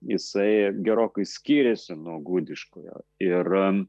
jisai gerokai skyrėsi nuo gudiškojo ir